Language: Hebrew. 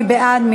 מי בעד?